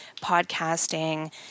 podcasting